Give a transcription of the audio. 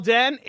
Dan